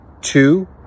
two